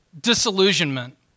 disillusionment